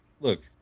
look